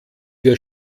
wir